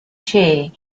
chair